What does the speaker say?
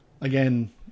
again